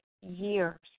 years